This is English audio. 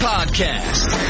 Podcast